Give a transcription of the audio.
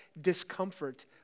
discomfort